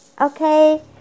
okay